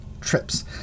trips